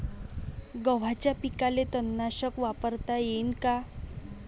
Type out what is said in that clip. गव्हाच्या पिकाले तननाशक वापरता येईन का?